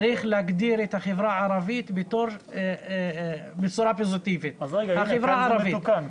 צריך להגדיר את החברה הערבית בצורה פוזיטיבית "החברה הערבית".